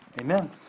Amen